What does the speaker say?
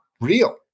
real